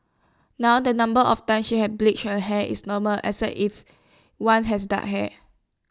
now the number of times she had to bleach her hair is normal especial if one has dark hair